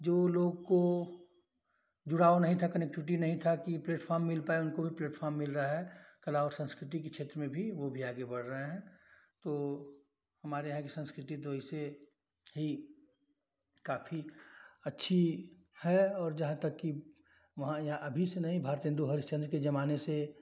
जो लोग को जुड़ाव नहीं था कनेक्टिविटी नहीं थी कि प्लेटफ़ॉर्म मिल पाए उनको भी प्लेटफ़ॉर्म मिल रहा है कला और संस्कृति के क्षेत्र में भी वह भी आगे बढ़ रहे हैं तो हमारे यहाँ की संस्कृति तो वैसे ही काफ़ी अच्छी है और जहाँ तक कि यहाँ अभी से नहीं भारतेन्दु हरिश्चन्द्र के जमाने से